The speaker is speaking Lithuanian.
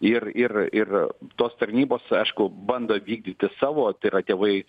ir ir ir tos tarnybos aišku bando vykdyti savo tai yra tėvai